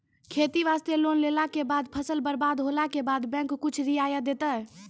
खेती वास्ते लोन लेला के बाद फसल बर्बाद होला के बाद बैंक कुछ रियायत देतै?